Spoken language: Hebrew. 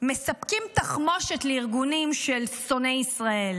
מספקים תחמושת לארגונים של שונאי ישראל: